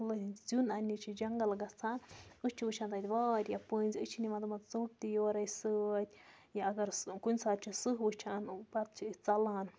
پُلہٕ ہٕنٛدۍ زیُن اَننہِ چھِ جنٛگَل گژھان أسۍ چھِ وٕچھان تَتہِ واریاہ پٔنٛزۍ أسۍ چھِ نِوان تِمَن ژوٚٹ تہِ یورَے سۭتۍ یا اگر کُنہِ ساتہٕ چھِ سٕہہ وٕچھان پَتہٕ چھِ أسۍ ژَلان